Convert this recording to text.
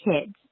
kids